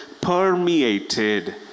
permeated